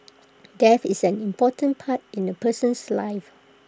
death is an important part in A person's life